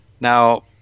Now